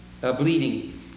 bleeding